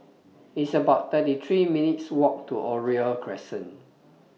It's about thirty three minutes' Walk to Oriole Crescent